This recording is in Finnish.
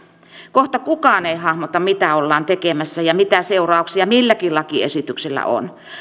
kohta kukaan ei hahmota mitä ollaan tekemässä ja mitä seurauksia milläkin lakiesityksellä on